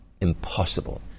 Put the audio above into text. impossible